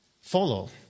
follow